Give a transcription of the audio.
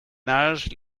âge